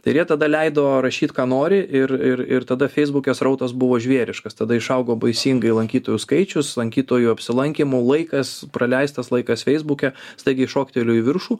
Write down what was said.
tai ir jie tada leido rašyt ką nori ir ir ir tada feisbuke srautas buvo žvėriškas tada išaugo baisingai lankytojų skaičius lankytojų apsilankymo laikas praleistas laikas feisbuke staigiai šoktelėjo į viršų